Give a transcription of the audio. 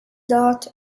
dot